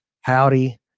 howdy